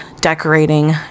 decorating